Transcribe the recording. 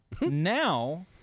now